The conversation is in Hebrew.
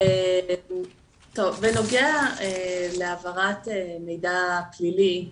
בנוגע להעברת מידע פלילי,